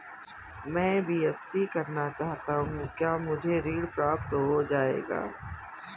मैं बीएससी करना चाहता हूँ क्या मुझे ऋण प्राप्त हो जाएगा?